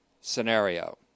scenario